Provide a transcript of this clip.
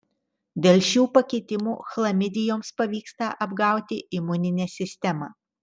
dėl šių pakitimų chlamidijoms pavyksta apgauti imuninę sistemą